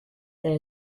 there